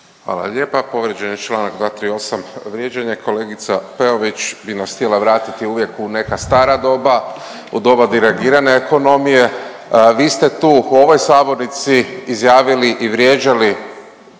Hvala lijepa. Povrijeđen je čl. 238., vrijeđanje kolegica Peović bi nas htjela vratiti uvijek u neka stara doba u doba derogirane ekonomije. Vi ste tu u ovoj sabornici izjavili i vrijeđali